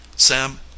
Sam